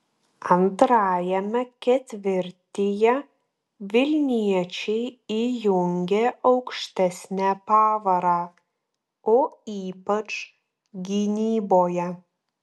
antrajame ketvirtyje vilniečiai įjungė aukštesnę pavarą o ypač gynyboje